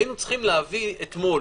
היינו צריכים להביא אתמול,